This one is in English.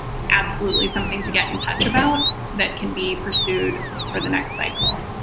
it's absolutely something to get in touch about that can be pursued for the next cycle.